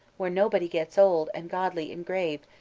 where nobody gets old and godly and grave,